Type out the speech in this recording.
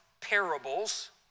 parables